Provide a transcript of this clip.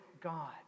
God